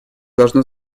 должно